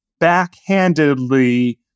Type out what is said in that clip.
backhandedly